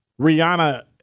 Rihanna